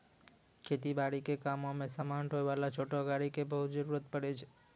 खेती बारी के कामों मॅ समान ढोय वाला छोटो गाड़ी के बहुत जरूरत पड़ै छै